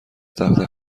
تخته